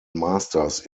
masters